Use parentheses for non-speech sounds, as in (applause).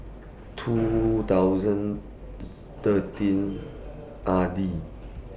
two thousand (noise) thirteen R D